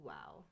Wow